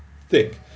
thick